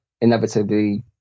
inevitably